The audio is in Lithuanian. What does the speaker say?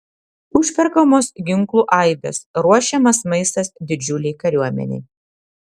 užperkamos ginklų aibės ruošiamas maistas didžiulei kariuomenei